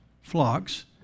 flocks